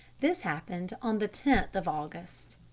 this happened on the tenth of august.